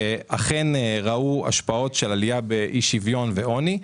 ואכן ראו השפעות של עלייה באי שוויון ועוני.